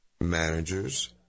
managers